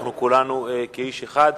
אנחנו כולנו כאיש אחד.